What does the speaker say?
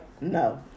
no